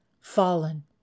Fallen